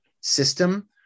system